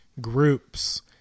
groups